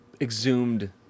exhumed